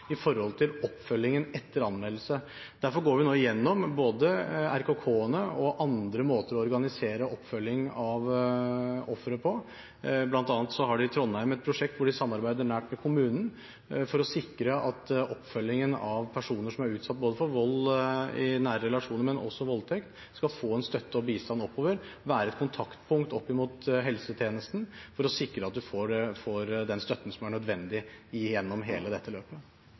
oppfølgingen etter anmeldelse. Derfor går vi nå gjennom både RKK-ene og andre måter å organisere oppfølging av ofre på. Blant annet har de i Trondheim et prosjekt hvor de samarbeider nært med kommunen for å sikre oppfølgingen av personer som er utsatt for vold i nære relasjoner, men også voldtekt, at de skal få en støtte og bistand oppover – at man har et kontaktpunkt opp mot helsetjenesten for å sikre at man får den støtten som er nødvendig gjennom hele dette løpet.